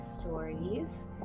stories